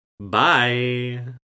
Bye